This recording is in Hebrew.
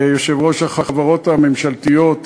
ראש רשות החברות הממשלתיות,